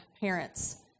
parents